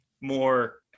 more